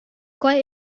quai